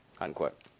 Unquote